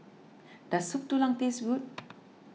does Soup Tulang taste good